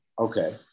Okay